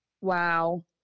Wow